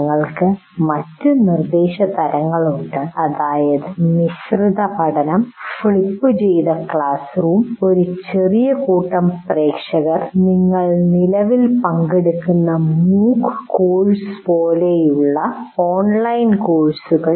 ഞങ്ങൾക്ക് മറ്റ് നിർദ്ദേശതരങ്ങളുണ്ട് അതായത് മിശ്രിത പഠനം ഫ്ലിപ്പുചെയ്ത ക്ലാസ് റൂം ഒരു ചെറിയ കൂട്ടം പ്രേക്ഷകർക്ക് നിങ്ങൾ നിലവിൽ പങ്കെടുക്കുന്ന MOOC എന്ന കോഴ്സ് പോലെയുള്ള ഓൺലൈൻ കോഴ്സുകൾ